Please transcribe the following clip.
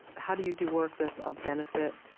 how do you do work that's of benefit?